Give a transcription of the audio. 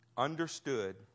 understood